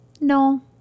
no